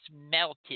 melted